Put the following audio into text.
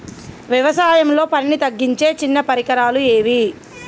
వ్యవసాయంలో పనిని తగ్గించే చిన్న పరికరాలు ఏవి?